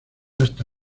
hasta